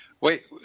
Wait